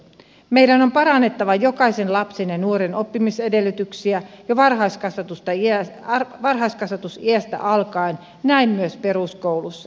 meidän on parannettava jokaisen lapsen ja nuoren oppimisedellytyksiä jo varhaiskasvatusiästä alkaen näin myös peruskoulussa